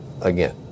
again